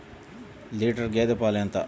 Litre గేదె పాలు ఎంత?